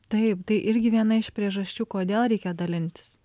taip tai irgi viena iš priežasčių kodėl reikia dalintis